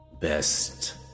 Best